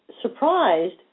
surprised